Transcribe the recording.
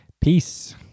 peace